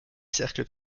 cercles